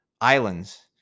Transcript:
islands